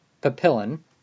Papillon